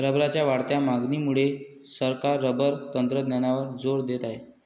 रबरच्या वाढत्या मागणीमुळे सरकार रबर तंत्रज्ञानावर जोर देत आहे